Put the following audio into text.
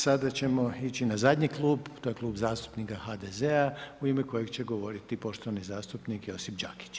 Sada ćemo ići na zadnji klub, a to je Klub zastupnika HDZ-a u ime kojeg će govoriti poštovani zastupnik Josip Đakić.